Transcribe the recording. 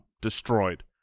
Destroyed